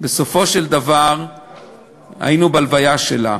בסופו של דבר היינו בהלוויה שלה.